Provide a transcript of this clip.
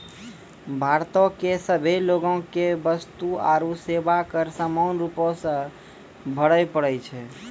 भारतो के सभे लोगो के वस्तु आरु सेवा कर समान रूपो से भरे पड़ै छै